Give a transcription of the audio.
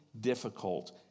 difficult